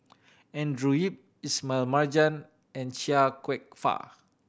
Andrew Yip Ismail Marjan and Chia Kwek Fah